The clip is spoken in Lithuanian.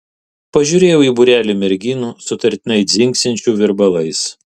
pažiūrėjau į būrelį merginų sutartinai dzingsinčių virbalais